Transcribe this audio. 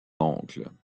oncle